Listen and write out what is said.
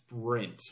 sprint